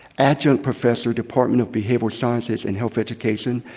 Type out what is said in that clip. adjunct professor, department of behavioral sciences and health education,